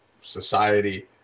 society